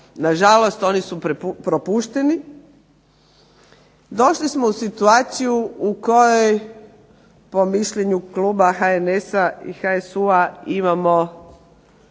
na žalost oni su propušteni. Došli smo u situaciju u kojoj po mišljenju kluba HNS-a i HSU-a imamo